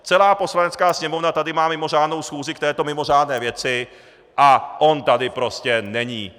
Celá Poslanecká sněmovna tady má mimořádnou schůzi k této mimořádné věci, a on tady prostě není!